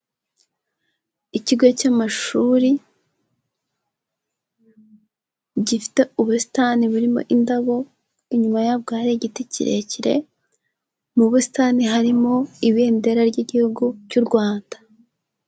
Ikigo cy'amashuri gifite ubusitani burimo indabo, inyuma yabwo hari igiti kirekire, mu busitani harimo ibendera ry'Igihugu cy'u Rwanda.